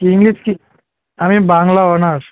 কী নিয়েছিস আমি বাংলা অনার্স